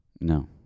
No